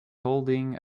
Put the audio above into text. holding